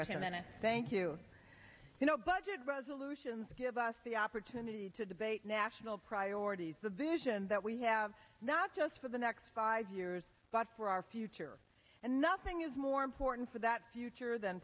minutes thank you you know budget resolutions give us the opportunity to debate national priorities the vision that we have not just for the next five years but for our future and nothing is more important for that future th